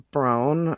Brown